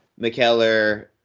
McKellar